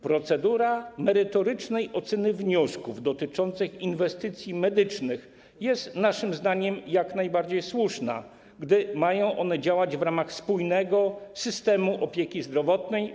Procedura merytorycznej oceny wniosków dotyczących inwestycji medycznych jest naszym zdaniem jak najbardziej słuszna, gdy mają one działać w ramach spójnego systemu opieki zdrowotnej.